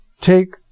take